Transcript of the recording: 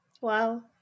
Wow